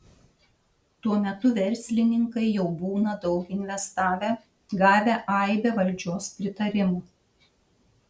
tuo metu verslininkai jau būna daug investavę gavę aibę valdžios pritarimų